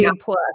plus